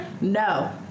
No